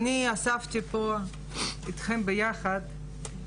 אני אספתי פה איתכם ביחד,